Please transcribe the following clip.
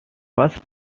first